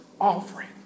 offering